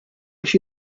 biex